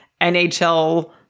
NHL